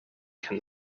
can